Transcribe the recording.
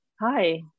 hi